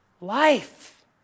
life